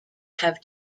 have